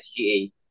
SGA